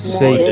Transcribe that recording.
say